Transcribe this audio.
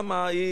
למה?